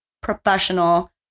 professional